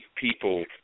people